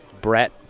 Brett